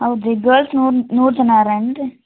ಹೌದು ರೀ ಗರ್ಲ್ಸ್ ನೂರು ನೂರು ಜನ ಅರಾ ಏನು ರೀ